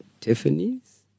Tiffany's